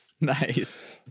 Nice